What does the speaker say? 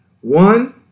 One